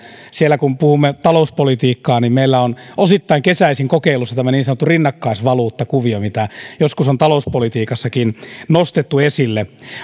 siellä kun puhumme talouspolitiikkaa meillä on osittain kesäisin kokeilussa tämä niin sanottu rinnakkaisvaluuttakuvio mikä joskus on talouspolitiikassakin nostettu esille